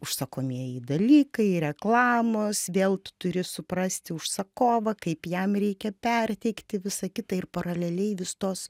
užsakomieji dalykai reklamos vėl tu turi suprasti užsakovą kaip jam reikia perteikti visą kitą ir paraleliai vis tos